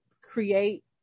create